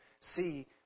see